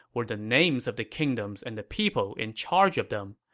were the names of the kingdoms and the people in charge of them.